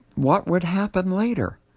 what would happen later?